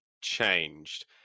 changed